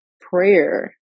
prayer